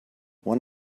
one